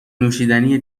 نوشیدنی